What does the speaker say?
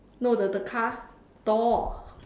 no the the car door